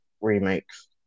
remakes